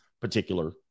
particular